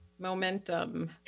Momentum